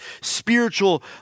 spiritual